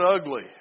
ugly